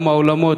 כמה עולמות,